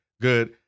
Good